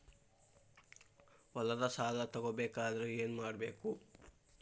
ಹೊಲದ ಸಾಲ ತಗೋಬೇಕಾದ್ರೆ ಏನ್ಮಾಡಬೇಕು?